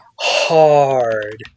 hard